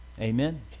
Amen